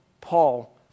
Paul